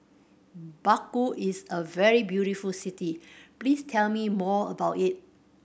Baku is a very beautiful city please tell me more about it